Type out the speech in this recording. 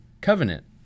covenant